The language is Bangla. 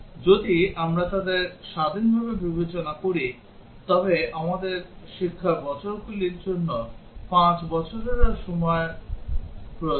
যদি আমরা তাদের স্বাধীনভাবে বিবেচনা করি তবে আমাদের শিক্ষার বছরগুলির জন্য 5 এবং বয়সের জন্য 5 প্রয়োজন